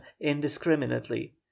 indiscriminately